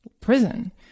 prison